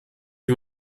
wie